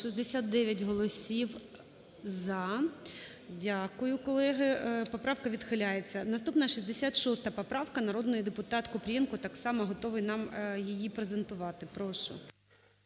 69 голосів "за". Дякую, колеги. Поправка відхиляється. Наступна 66 поправка. Народний депутатКупрієнко так само готовий нам її презентувати. Прошу.